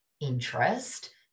interest